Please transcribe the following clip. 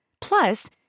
Plus